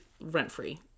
rent-free